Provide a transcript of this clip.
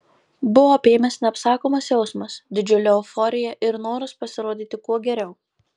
buvo apėmęs neapsakomas jausmas didžiulė euforija ir noras pasirodyti kuo geriau